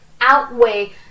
outweigh